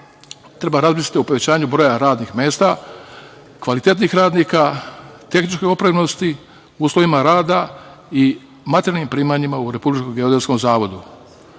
treba razmisliti povećanju broja radnih mesta, kvalitetnih radnika, tehničke opremljenosti, uslovima rada i materijalnim primanjima u Republičkom geodetskom zavodu.